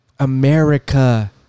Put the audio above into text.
America